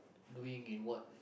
doing in what